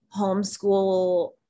homeschool